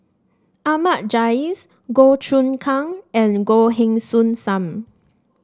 Ahmad Jais Goh Choon Kang and Goh Heng Soon Sam